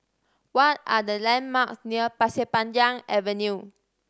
what are the landmarks near Pasir Panjang Avenue